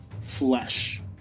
flesh